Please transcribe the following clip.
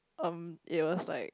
um it was like